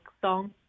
song